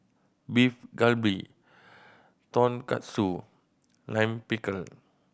Beef Galbi Tonkatsu Lime Pickle